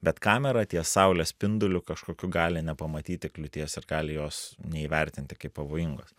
bet kamera ties saulės spinduliu kažkokiu gali nepamatyti kliūties ir gali jos neįvertinti kaip pavojingos